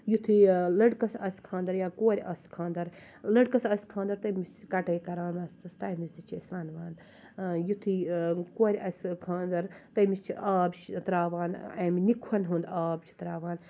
یِتھُے لٔڑکَس آسہِ خانٛدَر یا کورِ آسہِ خانٛدَر لٔڑکَس آسہِ خانٛدَر تٔمِس چھِ کَٹٲے کَران مَستَس تمہِ وِز تہِ چھِ أسۍ وَنوان یِتھُے کورِ آسہِ خانٛدَرتٔمِس چھِ آب شے تراوان امہ نِکہَن ہُنٛد آب چھِ تراوان